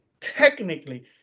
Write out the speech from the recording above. technically